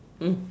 mm